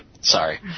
sorry